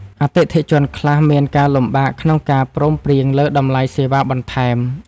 អតិថិជនខ្លះមានការលំបាកក្នុងការព្រមព្រៀងលើតម្លៃសេវាបន្ថែម។